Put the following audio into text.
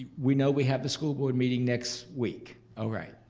we know we have the school board meeting next week. all right,